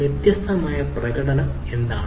വ്യത്യസ്തമായ പ്രകടനം എന്താണ്